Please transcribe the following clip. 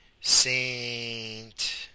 Saint